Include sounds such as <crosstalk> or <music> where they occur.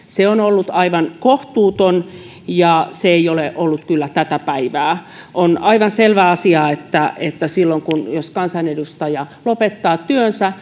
<unintelligible> se on ollut aivan kohtuuton eikä se ole ollut kyllä tätä päivää on aivan selvä asia että että silloin kun kansanedustaja lopettaa työnsä <unintelligible>